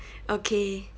okay